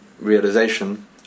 realization